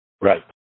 Right